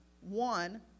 one